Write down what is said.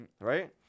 right